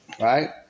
right